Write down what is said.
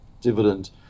dividend